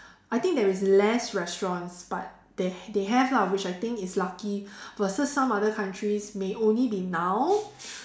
I think there is less restaurants but they they have lah which I think is lucky versus some other countries may only be now